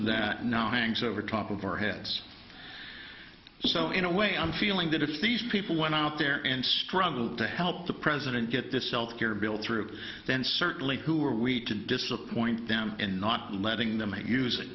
that now hangs over top of our heads so in a way i'm feeling that if these people went out there and struggled to help the president get this health care bill through then certainly who are we to disappoint them and not letting them